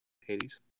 Hades